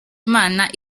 imana